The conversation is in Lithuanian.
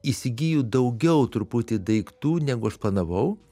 įsigiju daugiau truputį daiktų negu aš planavau